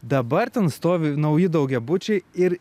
dabar ten stovi nauji daugiabučiai ir